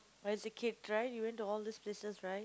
as a kid right you went to all theses places right